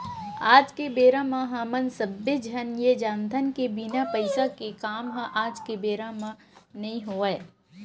आज के बेरा म हमन सब्बे झन ये जानथन के बिना पइसा के काम ह आज के बेरा म नइ होवय